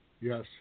Yes